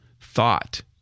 thought